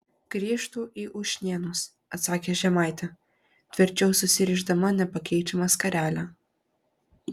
grįžtu į ušnėnus atsakė žemaitė tvirčiau susirišdama nepakeičiamą skarelę